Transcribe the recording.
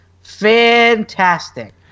fantastic